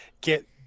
get